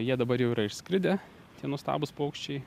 jie dabar jau yra išskridę tie nuostabūs paukščiai